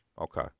Okay